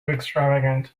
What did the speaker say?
extravagant